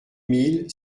mille